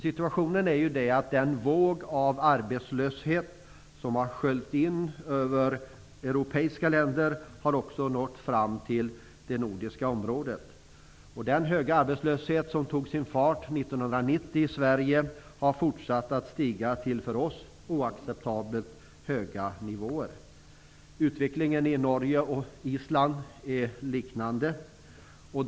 Situationen är ju den att den våg av arbetslöshet som har sköljt in över europeiska länder också har nått fram till det nordiska området. Den höga arbetslöshet som tog sin fart 1990 i Sverige har fortsatt att stiga till för oss oacceptabelt höga nivåer. Utvecklingen i Norge och på Island är liknande.